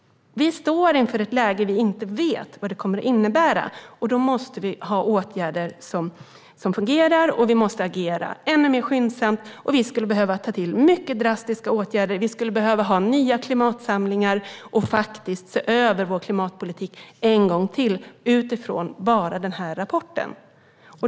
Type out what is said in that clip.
Vi står inför ett läge som vi inte vet vad det kommer att innebära. Då måste vi ha åtgärder som fungerar, och vi måste agera ännu mer skyndsamt. Vi skulle behöva ta till mycket drastiska åtgärder. Vi skulle behöva ha nya klimatsamlingar och faktiskt se över vår klimatpolitik en gång till utifrån bara denna rapport.